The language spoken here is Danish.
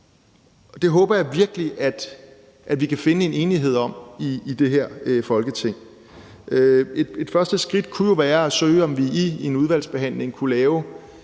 det håber jeg virkelig at vi kan finde en enighed om i det her Folketing. Et første skridt kunne jo være at afsøge, om vi i en udvalgsbehandling kunne lave